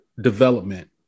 development